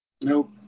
Nope